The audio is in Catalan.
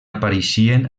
apareixien